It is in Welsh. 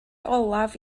olaf